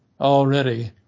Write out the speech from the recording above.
already